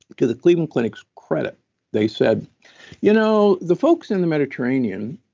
to the cleveland clinic's credit they said you know the folks in the mediterranean